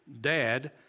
dad